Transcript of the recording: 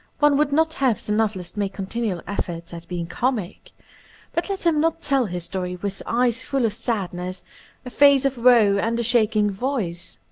one would not have the novelist make continual efforts at being comic but let him not tell his story with eyes full of sad ness, a face of woe and a shaking voice.